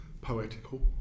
poetical